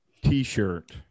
T-shirt